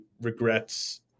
regrets